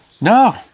no